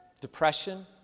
depression